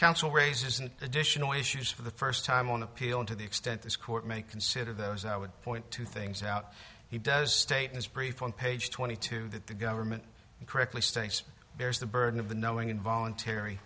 raises an additional issues for the first time on appeal to the extent this court may consider those i would point two things out he does state as brief on page twenty two that the government correctly states bears the burden of the knowing involuntary